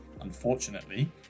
unfortunately